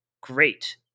great